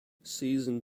season